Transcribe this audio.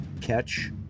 catch